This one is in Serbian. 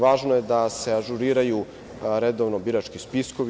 Važno je da se ažuriraju redovno birački spiskovi.